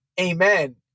amen